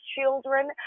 children